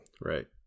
Right